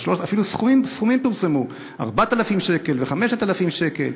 אפילו סכומים פורסמו, 4,000 שקל ו-5,000 שקל.